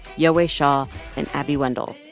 yowei shaw and abby wendle,